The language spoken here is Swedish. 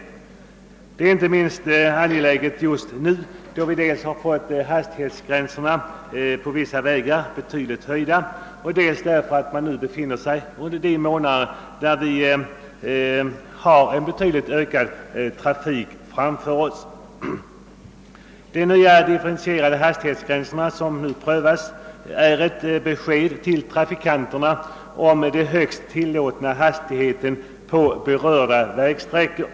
Detta är inte minst angeläget just nu, då vi dels har fått hastighetsgränserna på vissa vägar betydligt höjda, dels kan under de närmaste månaderna förutse en ökad trafikintensitet. De nya differentierade hastighetsgränser som nu prövas ger besked till trafikanterna om de högsta tillåtna hastigheterna på berörda vägsträckor.